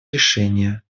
решения